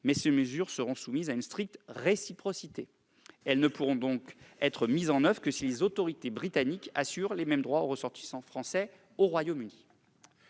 mais ces mesures seront soumises à une stricte réciprocité ; elles ne pourront donc être mises en oeuvre que si les autorités britanniques assurent les mêmes droits aux ressortissants français au Royaume-Uni.